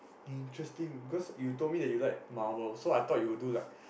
interesting because you told me that you like Marvel so I thought you will do like